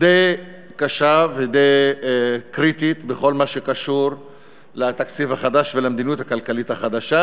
די קשה ודי קריטית בכל מה שקשור לתקציב החדש ולמדניות הכלכלית החדשה.